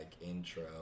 intro